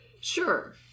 Sure